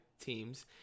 teams